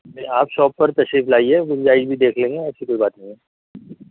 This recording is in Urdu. آپ شاپ پر تشریف لائیے گنجائش بھی دیکھ لیں گے ایسی کوئی بات نہیں ہے